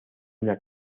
una